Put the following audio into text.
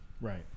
Right